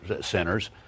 centers